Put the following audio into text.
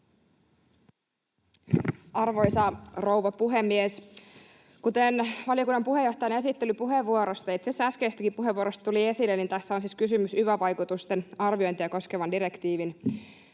Arvoisa rouva puhemies! Kuten valiokunnan puheenjohtajan esittelypuheenvuorosta ja itse asiassa äskeisestäkin puheenvuorosta tuli esille, tässä on siis kysymys yva-vaikutusten arviointia koskevan direktiivin